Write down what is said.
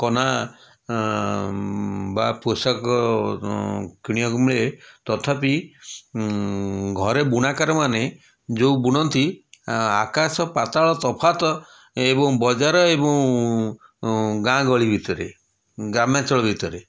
କନା ଉଁ ବା ପୋଷାକ ଉଁ କିଣିବାକୁ ମିଳେ ତଥାପି ଘରେ ବୁଣାକାରମାନେ ଯେଉଁ ବୁଣନ୍ତି ଆଁ ଆକାଶ ପାତାଳ ତଫାତ୍ ଏବଂ ବଜାର ଏବଂ ଗାଁ ଗହଳି ଭିତରେ ଗ୍ରାମାଞ୍ଚଳ ଭିତରେ